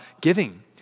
giving